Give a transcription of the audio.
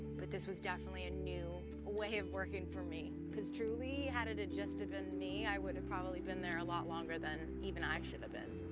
but this was definitely a new way of working for me. cause truly, had it had just've been me, i would've probably been there a lot longer than even i should've been.